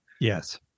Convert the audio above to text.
Yes